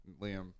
Liam